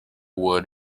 wood